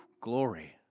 glory